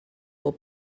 will